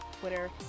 Twitter